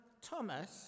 Thomas